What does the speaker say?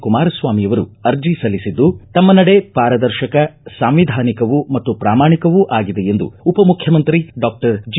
ಕುಮಾರಸ್ವಾಮಿಯವರು ಅರ್ಜಿ ಸಲ್ಲಿಸಿದ್ದು ತಮ್ಮ ನಡೆ ಪಾರದರ್ಶಕ ಸಾಂವಿಧಾನಿಕವೂ ಮತ್ತು ಪ್ರಾಮಾಣಿಕವೂ ಆಗಿದೆ ಎಂದು ಉಪ ಮುಖ್ಯಮಂತ್ರಿ ಡಾಕ್ಟರ್ ಜಿ